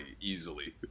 easily